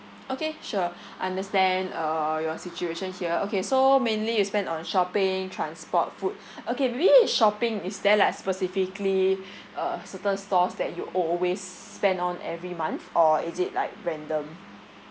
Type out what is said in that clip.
okay sure understand uh your situation here okay so mainly you spend on shopping transport food okay maybe shopping is there like specifically uh certain stores that you always spend on every month or is it like random